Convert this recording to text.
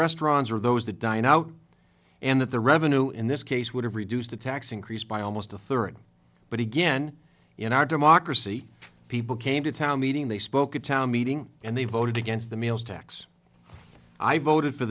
restaurants or those that dine out and that the revenue in this case would have reduced the tax increase by almost a third but again in our democracy people came to town meeting they spoke at town meeting and they voted against the meals tax i voted for